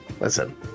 listen